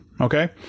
okay